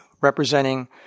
representing